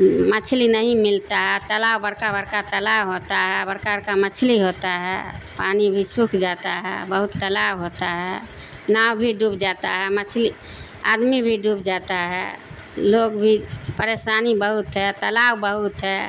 مچھلی نہیں ملتا ہے تالاب بڑکا بڑکا تالاب ہوتا ہے بڑکا بڑکا مچھلی ہوتا ہے پانی بھی سوکھ جاتا ہے بہت تالاب ہوتا ہے ناؤ بھی ڈوب جاتا ہے مچھلی آدمی بھی ڈوب جاتا ہے لوگ بھی پریشانی بہت ہے تالاب بہت ہے